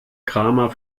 kramer